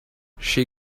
she